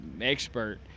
expert